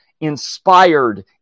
inspired